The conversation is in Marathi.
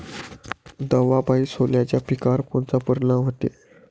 दवापायी सोल्याच्या पिकावर कोनचा परिनाम व्हते?